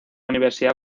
universidad